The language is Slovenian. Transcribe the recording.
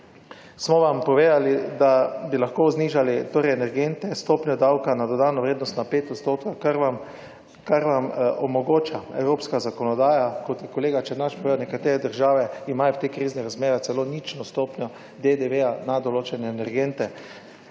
smo vam povedali, da bi lahko znižali torej energente stopnjo davka na dodano vrednost na 5 odstotka, kar vam omogoča evropska zakonodaja. Kot je kolega Černač povedal, nekatere države imajo v teh kriznih razmerah celo nično stopnjo DDV na določene energente.